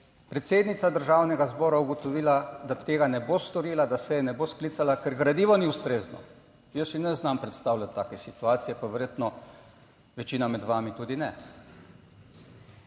predsednica Državnega zbora ugotovila, da tega ne bo storila, da seje ne bo sklicala, ker gradivo ni ustrezno. Jaz si ne znam predstavljati take situacije, pa verjetno večina med vami tudi ne.